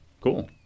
Cool